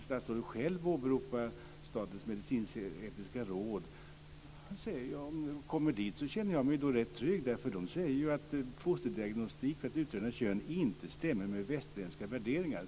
Statsrådet själv åberopar Statens medicinsk-etiska råd, men om frågan kommer dit så känner jag mig rätt trygg, därför att där säger man att fosterdiagnostik för att utröna kön inte stämmer med västerländska värderingar.